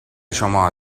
شما